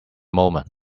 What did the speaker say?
moment